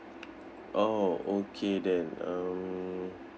oh okay then um